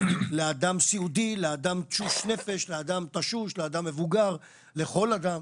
לאדם סיעודי, לאדם תשוש נפש, לאדם מבוגר, לכל אדם.